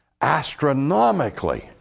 astronomically